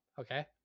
okay